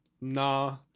nah